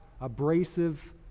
abrasive